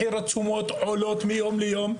מחיר התשומות עולה מיום ליום,